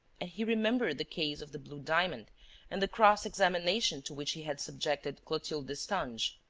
and he remembered the case of the blue diamond and the cross-examination to which he had subjected clotilde destange.